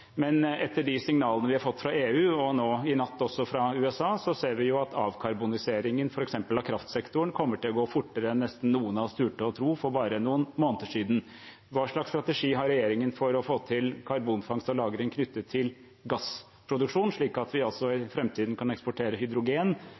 Men etter de signalene vi har fått fra EU, og nå i natt også fra USA, ser vi at avkarboniseringen f.eks. av kraftsektoren kommer til å gå fortere enn nesten noen av oss turte å tro for bare noen måneder siden. Hva slags strategi har regjeringen for å få til karbonfangst og -lagring knyttet til gassproduksjon, slik at vi i framtiden kan eksportere hydrogen – utslippsfri gass? Og er statsråden enig i